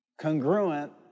congruent